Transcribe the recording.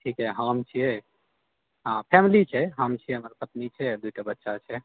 ठीक छै हम छियै हँ फ़ैमिली हमरा पत्नी छै आ दूटा बच्चा छै